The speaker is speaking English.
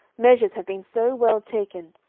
measures have been so well taken,